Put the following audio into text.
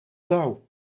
dauw